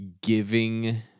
giving